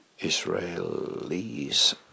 Israelis